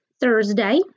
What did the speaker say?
Thursday